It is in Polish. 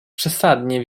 przesadnie